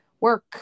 work